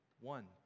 One